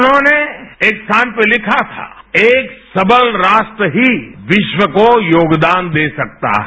उन्होंने एक स्थान पर लिखा था एक सबल राष्ट्र ही विस्वको योगदान दे सकता है